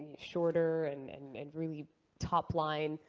shorter and and and really top line.